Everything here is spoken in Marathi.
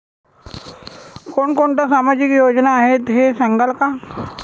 कोणकोणत्या सामाजिक योजना आहेत हे सांगाल का?